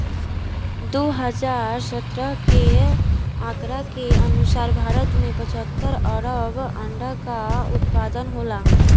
दू हज़ार सत्रह के आंकड़ा के अनुसार भारत में पचहत्तर अरब अंडा कअ उत्पादन होला